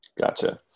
gotcha